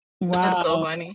Wow